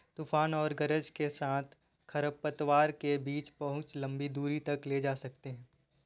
तूफान और गरज के साथ खरपतवार के बीज बहुत लंबी दूरी तक ले जा सकते हैं